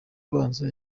abanza